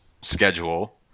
schedule